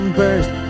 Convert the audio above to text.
burst